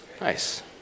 Nice